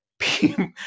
People